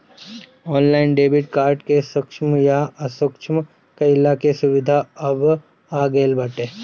online debit card के सक्षम या असक्षम कईला के सुविधा अब आ गईल बाटे